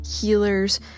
healers